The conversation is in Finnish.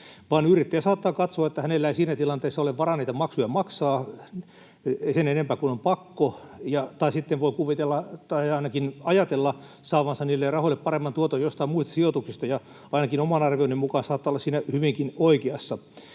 vaan yrittäjä saattaa katsoa, että hänellä ei siinä tilanteessa ole varaa niitä maksuja maksaa, ei sen enempää kuin on pakko, tai sitten voi kuvitella tai ainakin ajatella saavansa niille rahoille paremman tuoton joistain muista sijoituksista, ja ainakin oman arvioni mukaan saattaa olla siinä hyvinkin oikeassa.